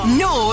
no